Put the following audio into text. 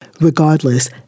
Regardless